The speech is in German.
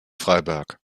freiberg